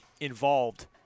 involved